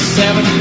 seven